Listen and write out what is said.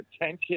attention